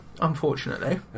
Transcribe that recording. unfortunately